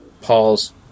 Paul's